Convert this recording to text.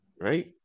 right